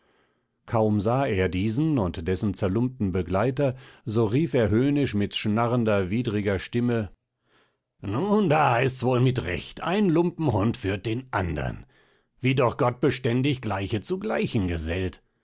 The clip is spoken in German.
kaum sah er diesen und dessen zerlumpten begleiter so lief er höhnisch mit schnarrender widriger stimme nun da heißt's wohl mit recht ein lumpenhund führt den andern wie doch gott beständig gleiche zu gleichen gesellt